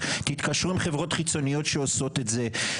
תתקשרו עם חברות חיצוניות שעושות את זה,